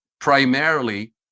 primarily